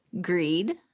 Greed